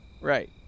right